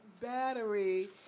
battery